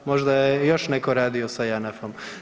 Možda je još neko radio sa Janafom.